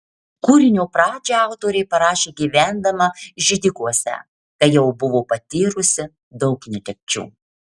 kūrinio pradžią autorė parašė gyvendama židikuose kai jau buvo patyrusi daug netekčių